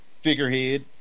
figurehead